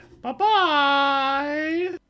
Bye-bye